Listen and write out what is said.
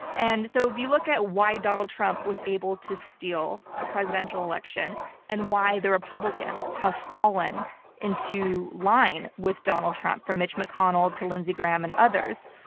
and so if you look at why donald trump was able to steal the presidential election and why the republicans republicans have fallen into line with donald trump, from mitch mcconnell to lindsey graham and others,